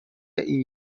این